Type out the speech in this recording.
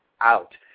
out